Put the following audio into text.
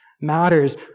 matters